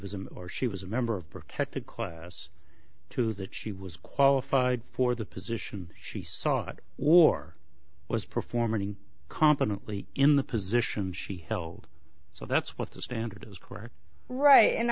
a or she was a member of protected class two that she was qualified for the position she sought war was performing competently in the position she held so that's what the standard is correct right and